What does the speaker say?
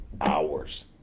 hours